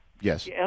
Yes